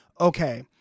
okay